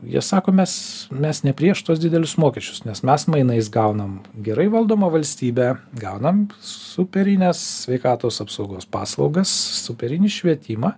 jie sako mes mes ne prieš tuos didelius mokesčius nes mes mainais gaunam gerai valdomą valstybę gaunam superines sveikatos apsaugos paslaugas superinį švietimą